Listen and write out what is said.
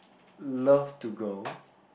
love to go